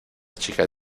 chica